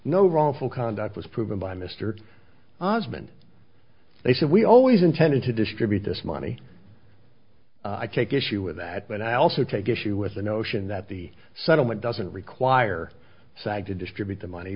no wrongful conduct was proven by mr ozment they said we always intended to distribute this money i take issue with that but i also take issue with the notion that the settlement doesn't require side to distribute the money